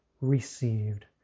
received